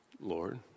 Lord